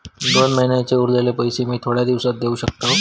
दोन महिन्यांचे उरलेले पैशे मी थोड्या दिवसा देव शकतय?